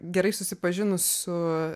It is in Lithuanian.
gerai susipažinus su